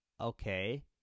okay